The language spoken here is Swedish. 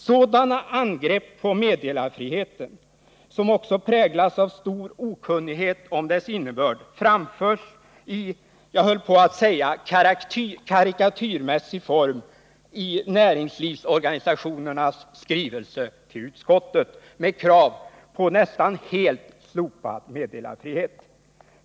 Sådana angrepp på meddelarfriheten, som också präglas av stor okunnighet om dess innebörd, framförs i vad jag nästan vill kalla karikatyrmässig form i näringslivsorganisationernas skrivelser till utskottet med krav på nästan helt slopad meddelarfrihet.